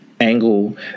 Angle